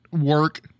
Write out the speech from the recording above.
work